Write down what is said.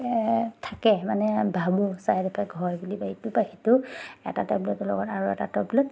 থাকে মানে ভাবোঁ চাইড এফেক্ট হয় বুলি বা ইটোৰপৰা সিটো এটা টেবলেটৰ লগত আৰু এটা টেবলেট